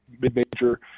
mid-major